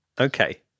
Okay